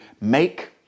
make